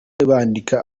bandika